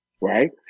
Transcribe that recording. right